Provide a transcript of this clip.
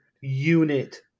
unit